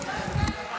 נתקבלה.